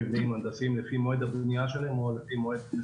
הנדסיים לפי מועד הבנייה שלהן או על פי מועד...